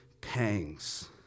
pangs